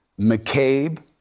McCabe